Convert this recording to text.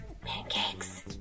pancakes